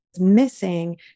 missing